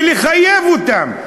ולחייב אותם,